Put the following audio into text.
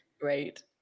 Great